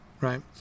right